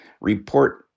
report